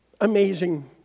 amazing